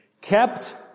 kept